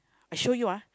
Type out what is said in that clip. I show you ah